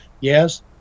Yes